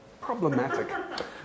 Problematic